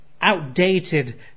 outdated